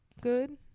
good